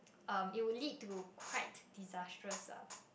um it would like to quite disastrous uh